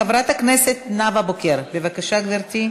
חברת הכנסת נאוה בוקר, בבקשה, גברתי.